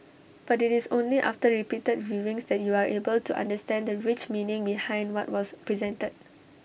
but IT is only after repeated viewings that you are able to understand the rich meaning behind what was presented